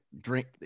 drink